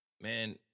Man